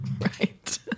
right